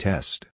Test